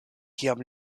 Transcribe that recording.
kiam